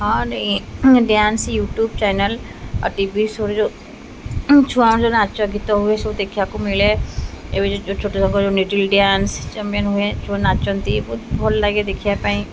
ହଁ dance YouTube channel ଆଉ TV ସୋ'ରେ ଯେଉଁ ଛୁଆ ଯେଉଁ ନାଚ ଗୀତ ହୁଏ ସବୁ ଦେଖିବାକୁ ମିଳେ ଏବେ ଯେଉଁ ଛୋଟ ଛୋଟ ଯେଉଁ ଲିଟଲ୍ ଡ୍ୟାନ୍ସ ଚମ୍ପିଅନ୍ ହୁଏ ଛୁଆମାନେ ନାଚନ୍ତି ବହୁତ ଭଲ ଲାଗେ ଦେଖିବା ପାଇଁ